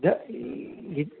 ज इ